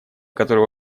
который